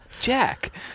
Jack